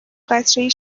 قطرهای